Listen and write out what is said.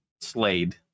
Slade